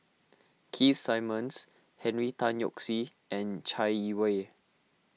Keith Simmons Henry Tan Yoke See and Chai Yee Wei